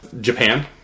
Japan